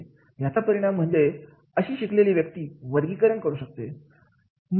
याचा परिणाम म्हणजे अशी शिकलेली व्यक्ती वर्गीकरण करू शकते